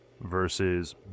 versus